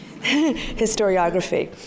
historiography